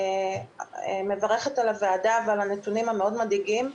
אני מברכת על הוועדה ועל הנתונים המדאיגים מאוד.